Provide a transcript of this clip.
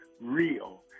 real